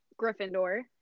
Gryffindor